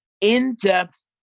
in-depth